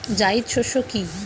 জায়িদ শস্য কি?